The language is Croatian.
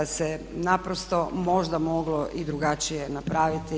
Da se naprosto možda moglo i drugačije napraviti.